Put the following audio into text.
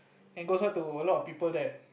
and goes out to a lot of people that